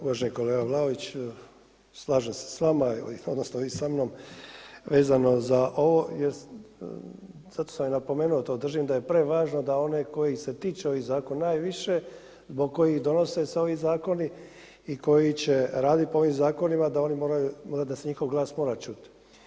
Uvaženi kolega Vlaović, slažem se s vama, odnosno vi sa mnom vezano za ovo jer sad sam napomenuo, držim da je prevažno da je onaj koji se tiče ovih zakona najviše zbog kojih se donose ovi zakoni i koji će raditi po ovim zakonima da oni moraju, mora da se njihov glas mora čuti.